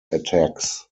attacks